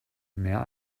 mehr